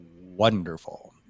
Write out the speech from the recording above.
wonderful